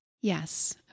Yes